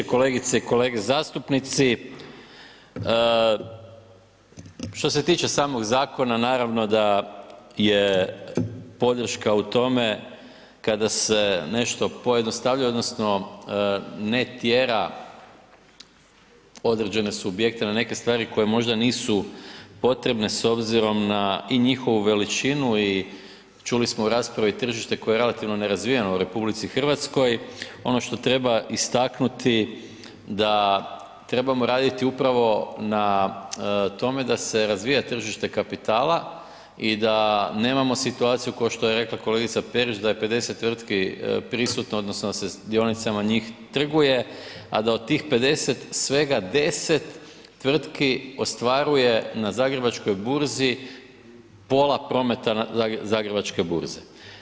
Kolegice i kolege zastupnici, što se tiče samog zakona naravno da je podrška u tome kada se nešto pojednostavljuje odnosno ne tjera određene subjekte na neke stvari koje možda nisu potrebe s obzirom na i njihovu veličinu i čuli smo u raspravi tržište koje je relativno nerazvijeno u RH ono što treba istaknuti da trebamo raditi upravo na tome da se razvija tržište kapitala i da nemamo situaciju, ko što je rekla kolegica Perić da je 50 tvrtki prisutno odnosno da se s dionicama njih trguje, a da od tih 50 svega 10 tvrtki ostvaruje na zagrebačkoj burzi pola prometa zagrebačke burze.